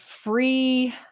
free